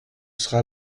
sera